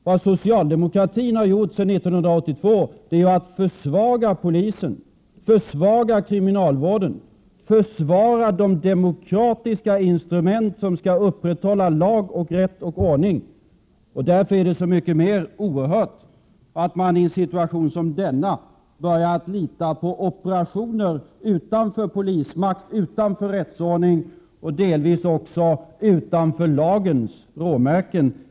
Vad socialdemokraterna har gjort sedan 1982 är ju att man har försvagat polisen, kriminalvården och de demokratiska instrument som skall upprätthålla lag, rätt och ordning. Därför är det så mycket mera oerhört att man i en situation som denna börjar förlita sig på operationer utanför polismakten, rättsordningen och delvis också lagens råmärken.